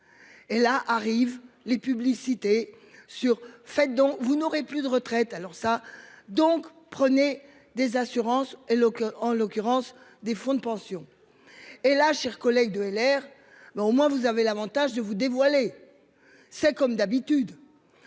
Et là arrive les publicités sur. Dont vous n'aurez plus de retraite alors ça donc prenez des assurances et le club en l'occurrence des fonds de pension. Et là, chers collègues de l'air, mais au moins vous avez l'avantage de vous dévoiler. C'est comme d'habitude.